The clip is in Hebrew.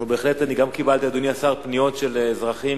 גם אני קיבלתי, אדוני השר, פניות של אזרחים